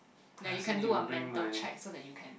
ya you can do a mental check so that you can